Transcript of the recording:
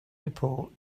report